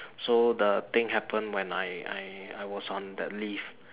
so the thing happened when I I I was on that leave